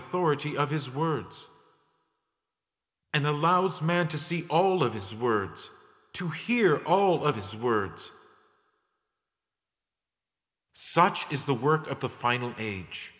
authority of his words and allows man to see all of his words to hear all of his words such is the work of the final age